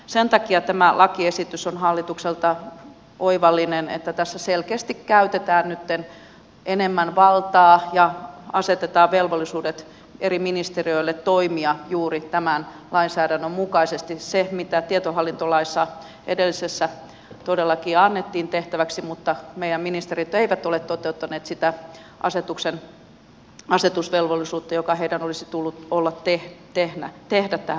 sen takia tämä lakiesitys on hallitukselta oivallinen että tässä selkeästi käytetään nytten enemmän valtaa ja asetetaan velvollisuudet eri ministeriöille toimia juuri tämän lainsäädännön mukaisesti sen mitä jo edellisessä tietohallintolaissa todellakin annettiin tehtäväksi mutta meidän ministerimme eivät ole toteuttaneet sitä asetusvelvollisuutta joka heidän olisi tullut tehdä tähän asiaan